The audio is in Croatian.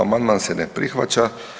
Amandman se ne prihvaća.